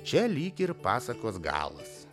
čia lyg ir pasakos galas